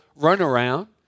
runaround